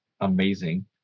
amazing